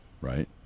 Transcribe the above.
right